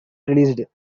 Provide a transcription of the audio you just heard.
released